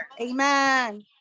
Amen